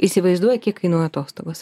įsivaizduoji kiek kainuoja atostogos